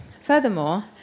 Furthermore